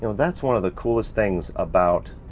that's one of the coolest things about,